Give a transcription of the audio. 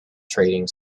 training